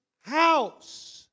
house